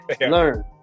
Learn